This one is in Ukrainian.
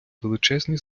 величезні